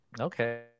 Okay